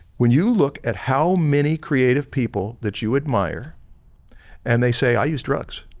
when you look at how many creative people that you admire and they say i use drugs.